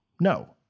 no